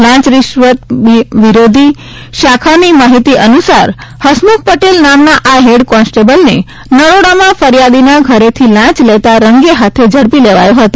લાંચ રૂશ્વત વિરોધી શાખાની માહિતી અનુસાર હસમુખ પટેલ નામના આ હેડ કોન્સ્ટેબલને નરોડામાં ફરિયાદીના ઘરેથી લાંચ લેતા રંગે હાથ ઝડપી લેવાયો હતો